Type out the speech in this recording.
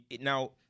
Now